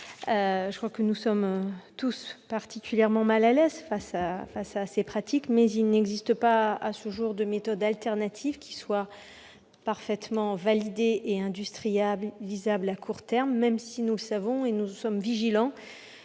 rectifié. Nous sommes tous particulièrement mal à l'aise face à ces pratiques, mais il n'existe pas, à ce jour, de méthodes alternatives qui soient parfaitement validées et industrialisables à court terme. Nous sommes néanmoins vigilants